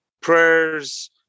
prayers